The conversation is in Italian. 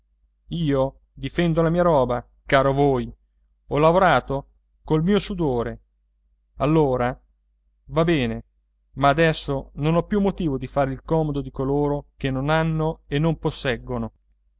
io difendo la mia roba caro voi ho lavorato col mio sudore allora va bene ma adesso non ho più motivo di fare il comodo di coloro che non hanno e non posseggono